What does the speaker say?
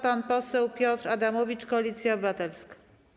Pan poseł Piotr Adamowicz, Koalicja Obywatelska.